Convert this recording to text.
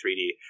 3D